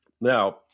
Now